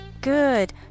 Good